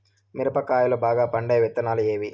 మిరప కాయలు బాగా పండే విత్తనాలు ఏవి